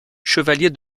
chevalier